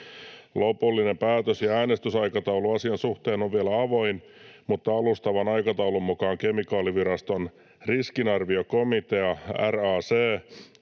Lopullinen päätös ja äänestysaikataulu asian suhteen ovat vielä avoimia, mutta alustavan aikataulun mukaan kemikaaliviraston riskinarviokomitea RAC